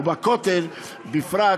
ובכותל בפרט,